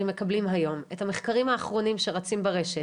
מקבלים היום את המחקרים האחרים שרצים ברשת